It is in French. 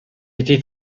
été